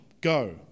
go